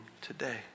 today